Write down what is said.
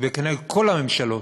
וכנגד כל הממשלות,